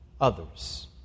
others